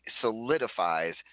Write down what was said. solidifies